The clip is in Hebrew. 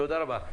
תודה רבה.